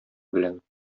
белән